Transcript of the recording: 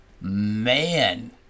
man